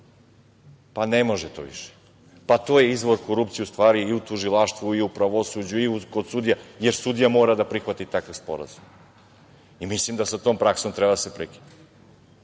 Pa ne može to više. Pa to je izvor korupcije, u stvari, i u tužilaštvu i u pravosuđu i kod sudija, jer sudija mora da prihvati takve sporazume. Mislim da sa tom praksom treba da se prekine.